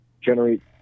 generate